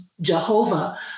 Jehovah